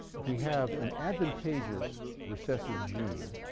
if we have an advantageous recessive gene,